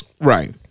Right